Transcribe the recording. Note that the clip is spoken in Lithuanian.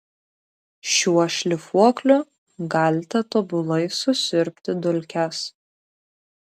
šiuo šlifuokliu galite tobulai susiurbti dulkes